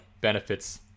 benefits